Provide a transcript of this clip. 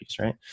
right